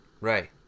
Right